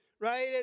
right